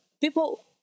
people